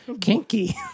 kinky